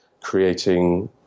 creating